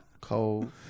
Cold